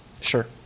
Sure